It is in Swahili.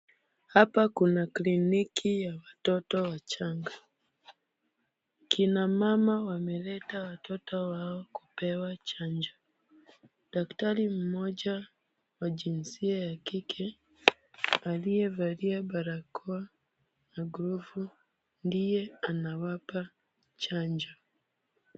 Hapa kuna kliniki ya watoto wachanga. Kina mama wameleta watoto wao kupewa chanjo. Daktari mmoja wa jinsia ya kike, aliyevalia barakoa na glovu, ndiye anawapa chanjo.